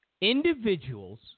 individuals